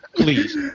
Please